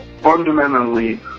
fundamentally